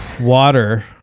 Water